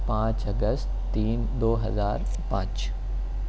پانچ اگست تین دو ہزار پانچ